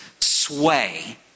sway